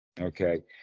Okay